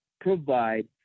provide